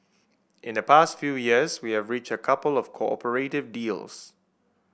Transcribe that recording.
in the past few years we have reached a couple of cooperating deals